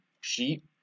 sheet